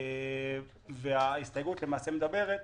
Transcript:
למעשה, ההסתייגות מדברת